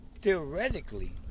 theoretically